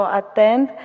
attend